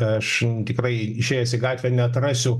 aš tikrai išėjęs į gatvę neatrasiu